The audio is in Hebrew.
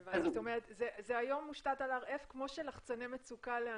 היום זה מושתת על RF כמו של לחצני מצוקה של קשישים?